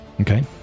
Okay